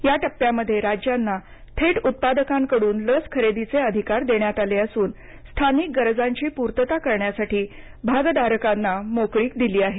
या टप्प्यामध्ये राज्यांना थेट उत्पादकांकडून लस खरेदीची अधिकार देण्यात आले असून स्थानिक गरजांची पूर्तता करण्यासाठी भागधारकांना मोकळीक दिली आहे